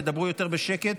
ותדברו יותר בשקט,